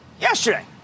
yesterday